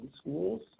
schools